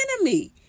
enemy